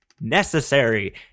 necessary